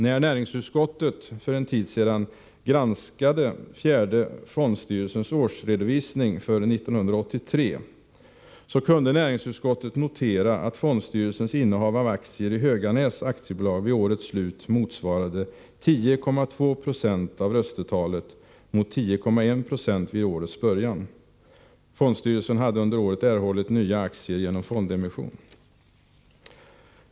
När näringsutskottet för en tid sedan granskade fjärde fondstyrelsens årsredovisning för 1983 kunde utskottet notera att fondstyrelsens innehav av aktier i Höganäs AB vid årets slut motsvarade 10,2 26 av röstetalet mot 10,1 20 vid årets början. Fondstyrelsen hade under året erhållit nya aktier genom fondemission.